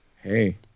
Hey